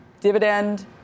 dividend